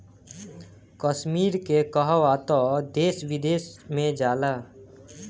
कश्मीर के कहवा तअ देश विदेश में जाला